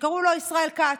שקראו לו ישראל כץ.